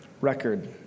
record